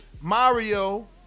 Mario